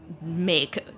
make